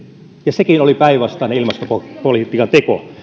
ja sekin oli päinvastainen ilmastopolitiikan teko